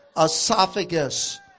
esophagus